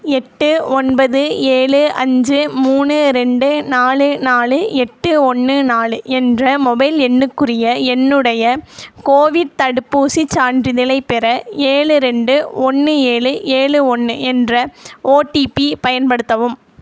எட்டு ஒன்பது ஏழு அஞ்சு மூணு ரெண்டு நாலு நாலு எட்டு ஒன்று நாலு என்ற மொபைல் எண்ணுக்குரிய என்னுடைய கோவிட் தடுப்பூசிச் சான்றிதழைப் பெற ஏழு ரெண்டு ஒன்று ஏழு ஏழு ஒன்று என்ற ஓடிபி பயன்படுத்தவும்